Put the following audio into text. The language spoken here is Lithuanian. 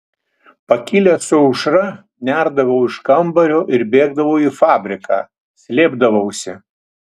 pakilęs su aušra nerdavau iš kambario ir bėgdavau į fabriką slėpdavausi